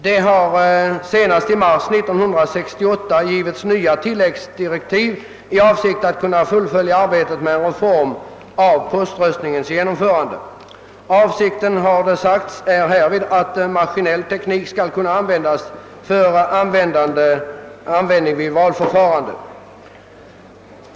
Det har senast i mars 1968 lämnats nya tilläggsdirektiv i avsikt att arbetet med en reform av poströstningen skall fullföljas. Syftet är att också maskinell teknik skall kunna komma till användning vid valförfarandet.